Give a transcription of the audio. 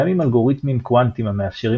קיימים אלגוריתמים קוונטיים המאפשרים